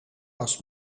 was